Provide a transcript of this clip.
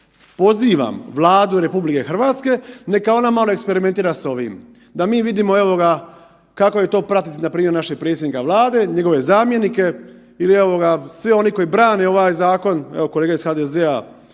pozivam Vladu RH neka ona malo eksperimentira s ovim. Da mi vidimo, evo ga, kako je to pratiti npr. našeg predsjednika Vlade, njegove zamjenike, ili evo ga, svi oni koji brane ovaj zakon, evo kolege iz HDZ-a